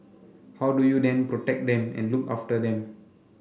how do you then protect them and look after them